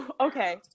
Okay